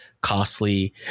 costly